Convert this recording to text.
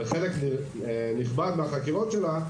חלק נכבד מהחקירות שלה,